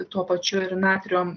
tuo pačiu ir natrio